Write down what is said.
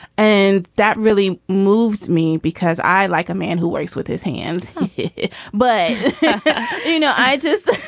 and that really moves me because i like a man who works with his hands but you know i just